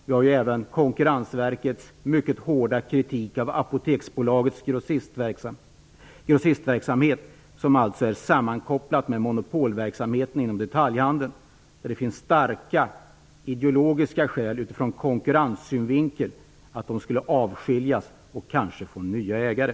Vi har också Konkurrensverkets mycket hårda kritik av Apoteksbolagets grossistverksamhet som är sammankopplat med monopolverksamheten inom detaljhandeln, där det finns starka ideologiska skäl ur konkurrenssynvinkel för att det skulle avskiljas och kanske få nya ägare.